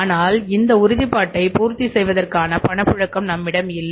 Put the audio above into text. ஆனால் இந்த உறுதிப்பாட்டை பூர்த்தி செய்வதற்கான பணப்புழக்கம் நம்மிடம் இல்லை